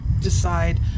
decide